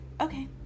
okay